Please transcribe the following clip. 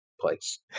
place